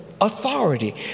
authority